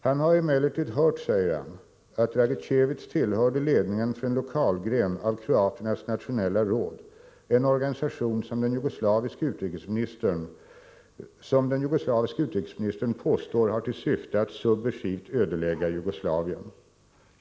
Han har emellertid hört, säger han, att Dragicevic tillhört ledningen för en lokalgren av kroaternas nationella råd, en organisation som den jugoslaviska utrikesministern påstår har till syfte att subversivt ödelägga Jugoslavien.